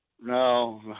No